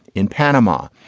in panama,